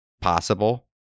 possible